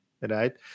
right